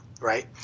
right